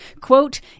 quote